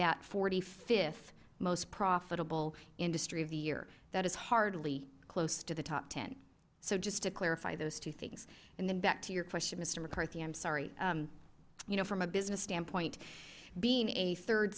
the th most profitable industry of the year that is hardly close to the top ten so just to clarify those two things and then back to your question mister mccarthy i'm sorry you know from a business standpoint being a third